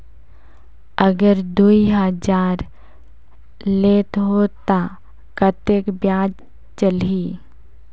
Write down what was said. अगर दुई हजार लेत हो ता कतेक ब्याज चलही?